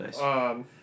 Nice